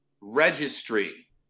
Registry